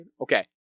okay